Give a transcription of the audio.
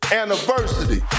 anniversary